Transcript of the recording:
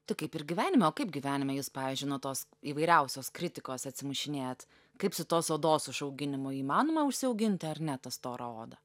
tai kaip ir gyvenime o kaip gyvenime jūs pavyzdžiui nuo tos įvairiausios kritikos atsimušinėjat kaip su tos odos užauginimu įmanoma užsiauginti ar ne tą storą odą